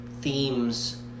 themes